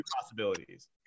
possibilities